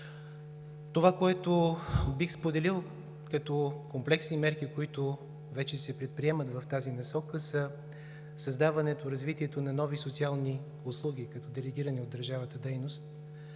Това, което бих споделил като комплексни мерки, които вече се предприемат в тази насока, са създаването и развитието на нови социални услуги като делегирани от държавата дейност.